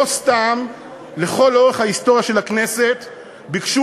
לא סתם לכל אורך ההיסטוריה של הכנסת ביקשו